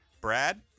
Brad